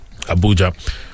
Abuja